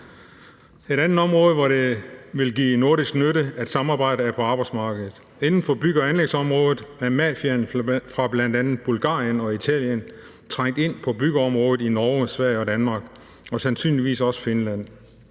Et andet område, hvor det vil give nordisk nytte at samarbejde, er på arbejdsmarkedet. Inden for bygge- og anlægsområdet er mafiaen fra bl.a. Bulgarien og Italien trængt ind på byggeområdet i Norge, Sverige og Danmark og sandsynligvis også Finland.